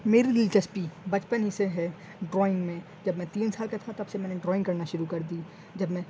میری دلچسپی بچپن ہی سے ہے ڈرائنگ میں جب میں تین سال کا تھا تب سے میں نے ڈرائنگ کرنا شروع کر دی جب میں